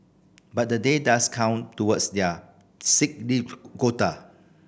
but the day does count towards their sick leave quota